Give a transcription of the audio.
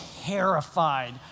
terrified